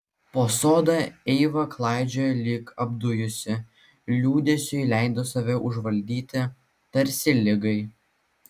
po sodą eiva klaidžiojo lyg apdujusi liūdesiui leido save užvaldyti tarsi ligai